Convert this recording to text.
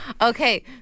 Okay